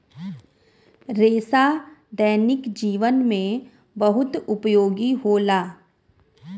रेसा दैनिक जीवन में बहुत उपयोगी होला